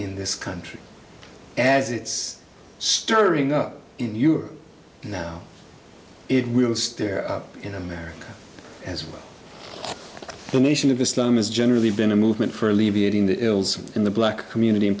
in this country as it's stirring up in your now it will stare up in america as well the nation of islam has generally been a movement for alleviating the ills in the black community in